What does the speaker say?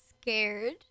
scared